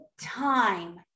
time